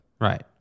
right